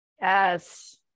Yes